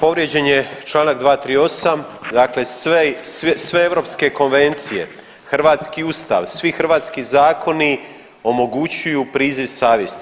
Povrijeđen je Članak 238., dakle sve europske konvencije, hrvatski Ustav, svi hrvatski zakoni omogućuju priziv savjesti.